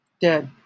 dead